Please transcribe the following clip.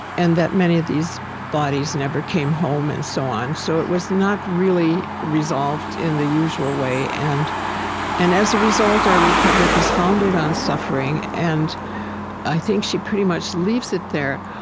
and that many of these bodies never came home, and so on. so it was not really resolved in the usual way, and and as a result, our republic is founded on suffering and i think she pretty much leaves it there,